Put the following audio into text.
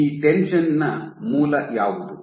ಈ ಟೆನ್ಷನ್ ನ ಮೂಲ ಯಾವುದು